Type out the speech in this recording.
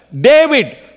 David